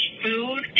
food